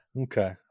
Okay